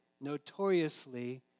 notoriously